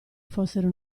fossero